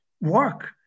work